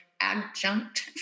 adjunct